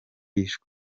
yishwe